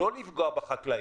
לא לפגוע בחקלאים,